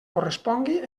correspongui